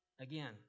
again